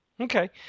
Okay